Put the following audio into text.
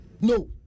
No